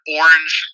orange